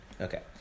Okay